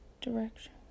direction